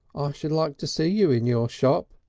should like to see you in your shop,